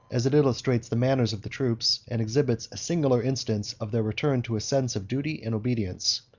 as it illustrates the manners of the troops, and exhibits a singular instance of their return to a sense of duty and obedience.